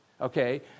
okay